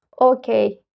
okay